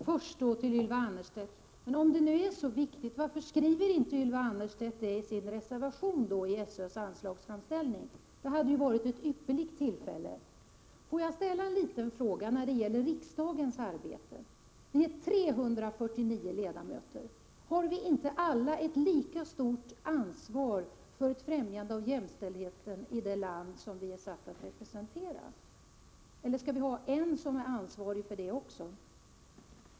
Herr talman! Om nu detta är så viktigt, varför skrev då Ylva Annerstedt inte det i sin reservation till SÖ:s anslagsframställning? Det hade ju varit ett ypperligt tillfälle. Får jag ställa en liten fråga när det gäller riksdagens arbete. Vi är 349 ledamöter. Har vi inte alla ett lika stort ansvar för att främja jämställdheten i det land vars medborgare vi är satta att representera? Eller skall det vara en som är ansvarig för det också?